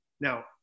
Now